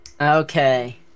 Okay